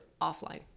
offline